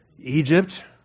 Egypt